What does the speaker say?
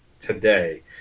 today